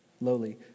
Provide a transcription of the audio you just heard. lowly